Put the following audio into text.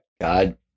God